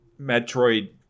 Metroid